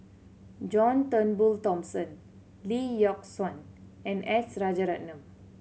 John Turnbull Thomson Lee Yock Suan and S Rajaratnam